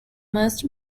must